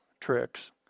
tricks